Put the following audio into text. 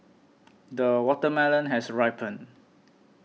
the watermelon has ripened